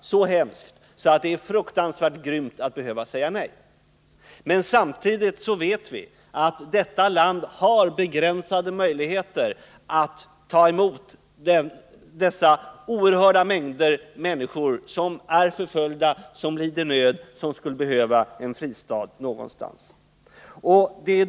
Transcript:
så hemskt att det är fruktansvärt grymt att behöva säga nej. Samtidigt vet vi att detta land har begränsade möjligheter att ta emot dessa oerhörda mängder människor som är förföljda, lider nöd och behöver en fristad någonstans.